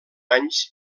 anys